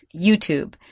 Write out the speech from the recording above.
YouTube